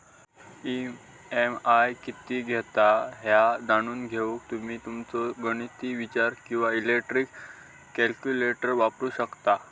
EMI किती येता ह्या जाणून घेऊक तुम्ही तुमचो गणिती विचार किंवा इलेक्ट्रॉनिक कॅल्क्युलेटर वापरू शकता